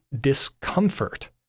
discomfort